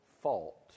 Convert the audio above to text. fault